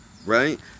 Right